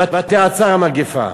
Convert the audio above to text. וַתיעצר המגפה.